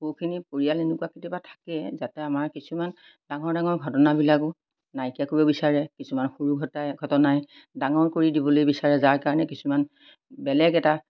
বহুখিনি পৰিয়াল এনেকুৱা কেতিয়াবা থাকে যাতে আমাৰ কিছুমান ডাঙৰ ডাঙৰ ঘটনাবিলাকো নাইকিয়া কৰিব বিচাৰে কিছুমান সৰু ঘটাই ঘটনাই ডাঙৰ কৰি দিবলৈ বিচাৰে যাৰ কাৰণে কিছুমান বেলেগ এটা